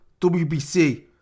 WBC